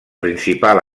principal